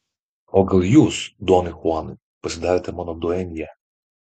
o gal jūs donai chuanai pasidarėte mano duenja